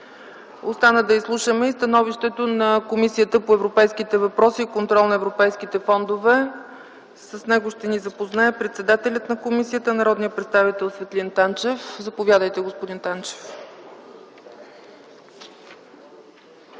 Остана да изслушаме и становището на Комисията по европейските въпроси и контрол на европейските фондове. С него ще ни запознае председателят на комисията народния представител Светлин Танчев. Заповядайте, господин Танчев.